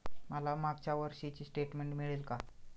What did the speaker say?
मला मागच्या वर्षीचे स्टेटमेंट मिळेल का?